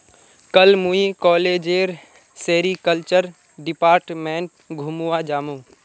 कल मुई कॉलेजेर सेरीकल्चर डिपार्टमेंट घूमवा जामु